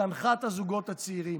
זנחה את הזוגות הצעירים,